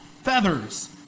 Feathers